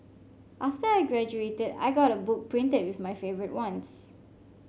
after I graduated I got a book printed with my favourite ones